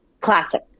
Classic